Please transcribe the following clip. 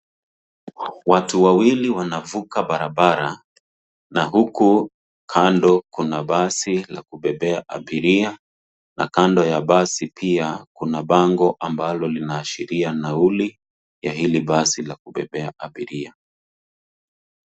Watu wawili wanavuka barabara na huku kando kuna basi la kubebea abiria na kando ya basi pia kuna bango ambalo linaashiria nauli ya hili basi ya kubebea abiria.